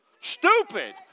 stupid